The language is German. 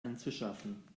anzuschaffen